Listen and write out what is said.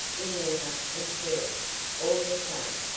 in letter and spirit all the same,